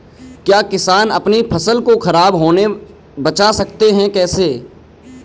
क्या किसान अपनी फसल को खराब होने बचा सकते हैं कैसे?